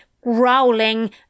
growling